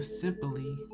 simply